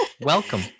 Welcome